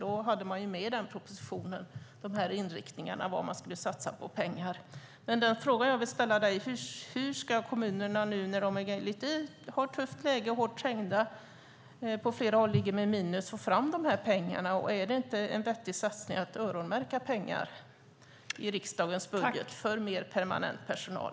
I den propositionen fanns inriktningarna med vad gällde vad man skulle satsa pengar på. Den fråga som jag vill ställa till dig är hur kommunerna när de nu har ett tufft läge, är hårt trängda och på flera håll ligger på minus ska få fram de här pengarna. Är det inte en vettig satsning att öronmärka pengar i riksdagens budget för mer permanent personal?